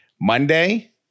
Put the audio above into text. Monday